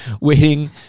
waiting